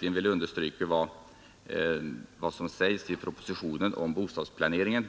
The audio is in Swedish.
Jag vill också understryka vad som sägs i propositionen om bostadsplaneringen.